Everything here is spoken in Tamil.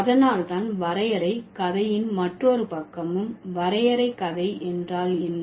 அதனால் தான் வரையறை கதையின் மற்றொரு பக்கமும் வரையறை கதை என்றால் என்ன